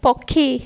ପକ୍ଷୀ